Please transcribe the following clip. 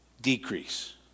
decrease